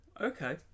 Okay